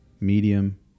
medium